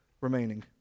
remaining